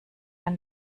ein